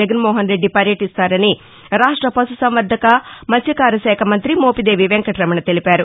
జగన్మోహన్ రెడ్డి పర్యటిస్తారని రాష్ట పశుసంవర్దక మత్వకార శాఖ మంత్రి మోపిదేవి వెంకటరమణ తెలిపారు